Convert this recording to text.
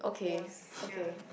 worse yeah